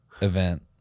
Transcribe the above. event